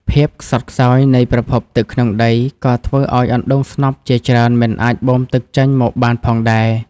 ភាពខ្សត់ខ្សោយនៃប្រភពទឹកក្នុងដី ក៏ធ្វើឱ្យអណ្ដូងស្នប់ជាច្រើនមិនអាចបូមទឹកចេញមកបានផងដែរ។